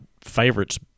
favorites